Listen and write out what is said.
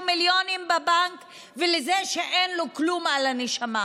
מיליונים בבנק ולזה שאין לו כלום על הנשמה.